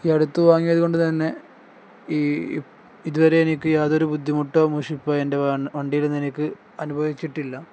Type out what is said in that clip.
ഈ അടുത്തു വാങ്ങിയത് കൊണ്ട് തന്നെ ഈ ഇതുവരെ എനിക്ക് യാതൊരു ബുദ്ധിമുട്ടോ മുഷിപ്പോ എൻ്റെ വണ്ടിയിൽനിന്ന് എനിക്ക് അനുഭവിച്ചിട്ടില്ല